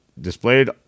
displayed